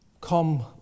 Come